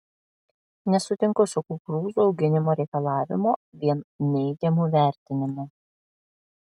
nesutinku su kukurūzų auginimo reikalavimo vien neigiamu vertinimu